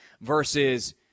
versus